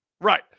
right